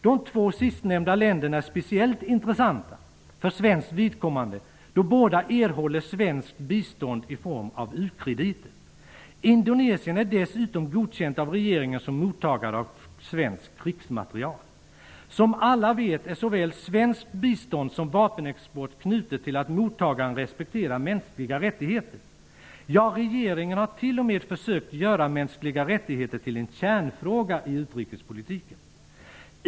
De två sistnämnda länderna är speciellt intressanta för svenskt vidkommande då båda erhåller svenskt bistånd i form av u-krediter. Indonesien är dessutom godkänt av regeringen som mottagare av svensk krigsmateriel. Som alla vet är det ett villkor för såväl svenskt bistånd som vapenexport att mottagaren respekterar mänskliga rättigheter. Ja, regeringen har t.o.m. försökt göra mänskliga rättigheter till en kärnfråga i utrikespolitiken.